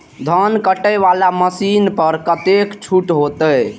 धान कटे वाला मशीन पर कतेक छूट होते?